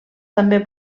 també